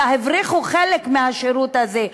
אלא הבריחו חלק מהשירות הזה,